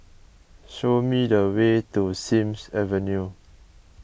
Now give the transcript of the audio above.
show me the way to Sims Avenue